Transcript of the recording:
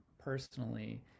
personally